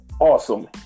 awesome